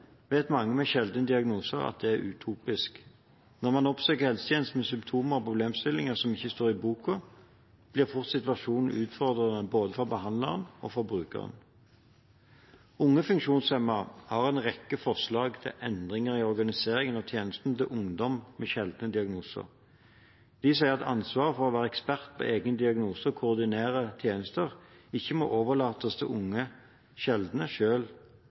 vet mange med sjeldne diagnoser at det er utopisk. Når man oppsøker helsetjenesten med symptomer og problemstillinger som ikke står i boka, blir fort situasjonen utfordrende både for behandleren og brukeren.» Unge Funksjonshemmede har en rekke forslag til endringer i organiseringen og tjenesten til ungdom med sjeldne diagnoser. De sier at ansvaret for å være ekspert på egen diagnose og koordinere tjenester ikke må overlates til unge sjeldne